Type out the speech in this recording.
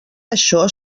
això